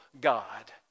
God